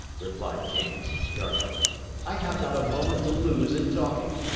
replied james, sharply i have not a moment to lose in talking.